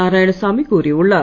நாராயணசாமி கூறியுள்ளார்